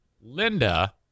Linda